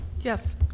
Yes